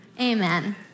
Amen